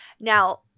Now